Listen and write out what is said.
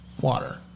water